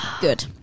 Good